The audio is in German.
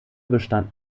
bestand